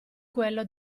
quello